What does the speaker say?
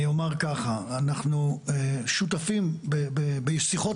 אני אומר ככה: אנחנו שותפים בשיחות